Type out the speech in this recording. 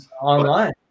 online